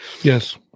Yes